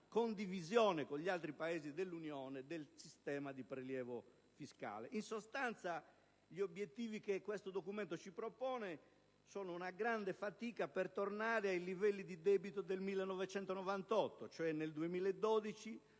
condivisione con gli altri Paesi dell'Unione del sistema di prelievo fiscale. In sostanza, gli obiettivi che questo documento ci propone sono una grande fatica per tornare ai livelli del debito del 1998: cioè, nel 2012